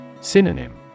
Synonym